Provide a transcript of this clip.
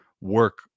work